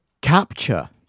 capture